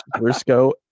Briscoe